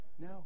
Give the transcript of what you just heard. no